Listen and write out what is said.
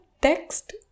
text